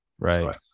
Right